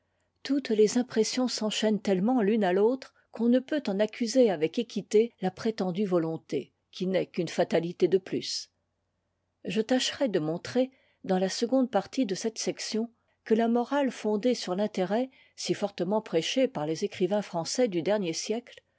toutes les impressions s'enchaînent tellement l'une à l'autre qu'on ne peut en accuser avec équité la prétendue volonté qui n'est qu'une fatalité de plus je tâcherai de montrer dans la seconde partie de cette section que la morale fondée sur l'intérêt si fortement prêehée par les écrivains français du dernier siècle